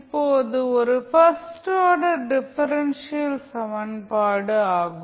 இப்போது இது first order differential சமன்பாடு ஆகும்